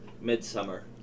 Midsummer